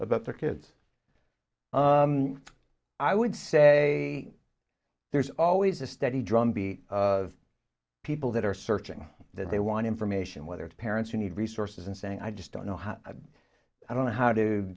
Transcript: about their kids i would say there's always a steady drumbeat of people that are searching that they want information whether it's parents who need resources and saying i just don't know how i don't know how